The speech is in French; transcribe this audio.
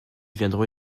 viendront